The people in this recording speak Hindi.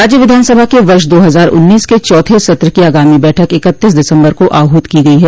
राज्य विधानसभा के वर्ष दो हजार उन्नीस के चौथे सत्र की आगामी बैठक इक्तीस दिसम्बर को आहूत की गई है